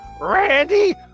Randy